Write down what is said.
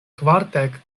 kvardek